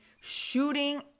shooting